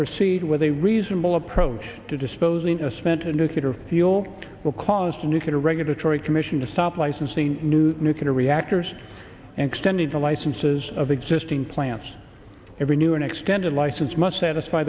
proceed with a reasonable approach to disposing of spent a nuclear fuel will cause the nuclear regulatory commission to stop licensing new nuclear reactors and extended the licenses of existing plants every new and extended license must satisfy